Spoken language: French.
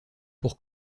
pour